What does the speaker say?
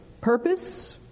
purpose